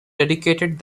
dedicated